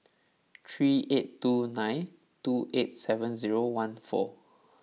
three eight two nine two eight seven zero one four